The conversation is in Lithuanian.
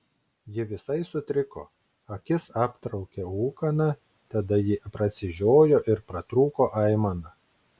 ji visai sutriko akis aptraukė ūkana tada ji prasižiojo ir pratrūko aimana